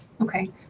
Okay